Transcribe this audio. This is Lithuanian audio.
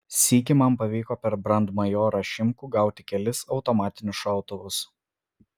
sykį man pavyko per brandmajorą šimkų gauti kelis automatinius šautuvus